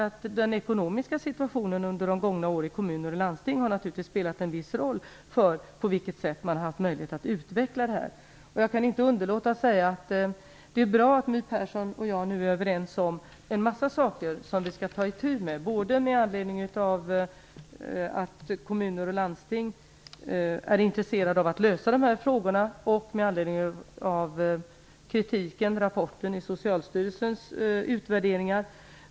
Den ekonomiska situationen under de gångna åren i kommuner och landsting har naturligtvis spelat en viss roll för på vilket sätt man har haft möjlighet att utveckla detta. Jag kan inte underlåta att säga att det är bra att My Persson och jag nu är överens om en mängd saker som vi skall ta itu med, både med anledning av att kommuner och landsting är intresserade av att lösa dessa frågor och med anledning av kritiken i Socialstyrelsens utvärderingar.